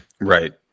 Right